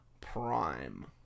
Prime